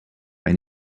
and